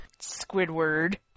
squidward